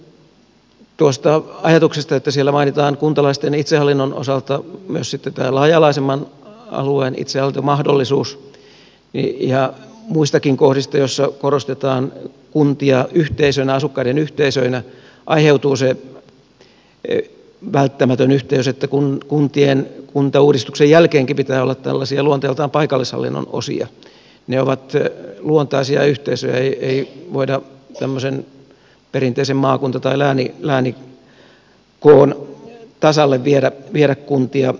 kuitenkin tuosta ajatuksesta että siellä mainitaan kuntalaisten itsehallinnon osalta myös tämä laaja alaisemman alueen itsehallintomahdollisuus ja muistakin kohdista joissa korostetaan kuntia asukkaiden yhteisöinä aiheutuu se välttämätön yhteys että kun kuntien kuntauudistuksen jälkeenkin pitää olla luonteeltaan paikallishallinnon osia ne ovat luontaisia yhteisöjä niin ei voida tämmöisen perinteisen maakunta tai läänikoon tasalle viedä kuntia